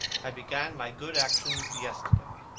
i began my good actions yesterday.